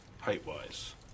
height-wise